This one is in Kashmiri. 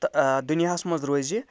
تہٕ دُنیاہَس منٛز روزِ یہِ